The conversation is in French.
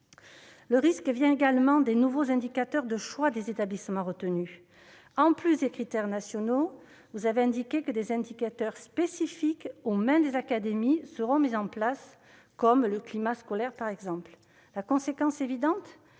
Le risque vient également des nouveaux indicateurs de choix des établissements retenus : en plus des critères nationaux, vous avez indiqué que des indicateurs spécifiques « aux mains des académies » seront définis, par exemple le climat scolaire. La conséquence en